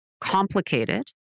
complicated